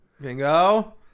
Bingo